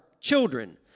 children